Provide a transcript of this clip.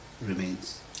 remains